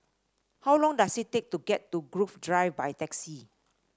how long does it take to get to Grove Drive by taxi